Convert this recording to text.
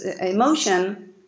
emotion